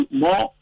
more